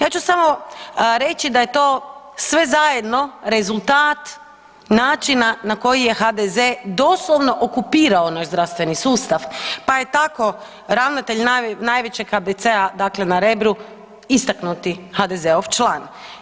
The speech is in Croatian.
Ja ću samo reći da je to sve zajedno rezultat načina na koji je HDZ doslovno okupirao naš zdravstveni sustav, pa je tako ravnatelj najvećeg KBC-a, dakle na „Rebru“ istaknuti HDZ-ov član.